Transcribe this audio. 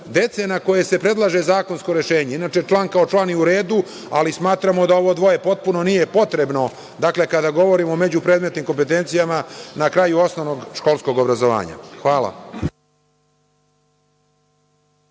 dece na koje se predlaže zakonsko rešenje. Inače, član kao član je u redu, ali smatramo da ovo dvoje potpuno nije potrebno. Dakle, kada govorimo o međupredmetnim kompetencijama na kraju osnovnog školskog obrazovanja. Hvala.